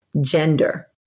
gender